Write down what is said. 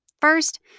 First